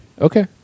Okay